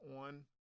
on